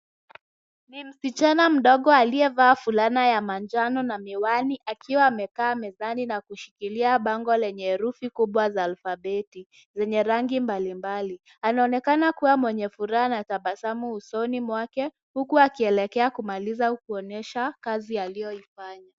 Ni msichana mdogo aliyevaa fulana ya manjano na miwani akiwa amekaa mezani na kushikilia bango lenye herufi kubwa za alfabeti zenye rangi mbalimbali, anaonekana kua mwenye furaha na tabasamu usoni mwake huku akielekea kumaliza kuonesha kazi alioifanya.